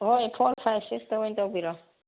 ꯍꯣꯏ four five sixty ꯑꯣꯏꯅ ꯇꯧꯕꯤꯔꯣ